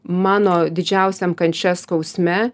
mano didžiausiam kanče skausme